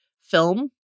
film